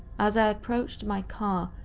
as i approached my car,